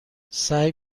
سعی